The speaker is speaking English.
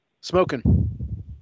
Smoking